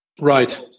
Right